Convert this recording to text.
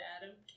Adam